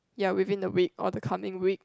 ya within the week or the coming week